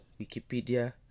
Wikipedia